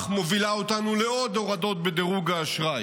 מובילה אותנו לעוד הורדות בדירוג האשראי,